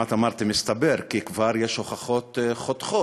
כמעט אמרתי "מסתבר" אך כבר יש הוכחות חותכות,